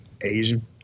Asian